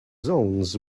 zones